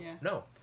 no